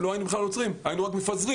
לא היינו בכלל עוצרים אלא רק מפזרים.